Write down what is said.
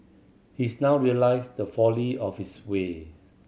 he's now realised the folly of his way